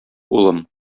улым